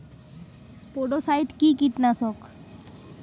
স্পোডোসাইট কি কীটনাশক?